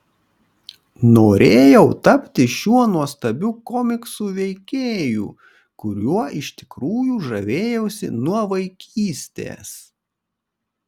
norėjau tapti šiuo nuostabiu komiksų veikėju kuriuo iš tikrųjų žavėjausi nuo vaikystės